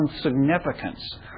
significance